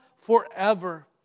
forever